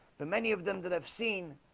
but many of them that have seen